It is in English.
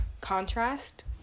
contrast